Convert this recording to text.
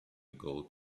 gold